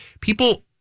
people